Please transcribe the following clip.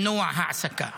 למנוע העסקה,